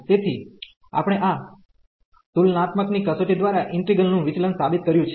તેથી આપણે આ તુલનાત્મક ની કસોટી દ્વાર ઈન્ટિગ્રલ નું વિચલન સાબિત કર્યુ છે